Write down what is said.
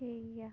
ᱴᱷᱤᱠ ᱜᱮᱭᱟ